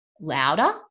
louder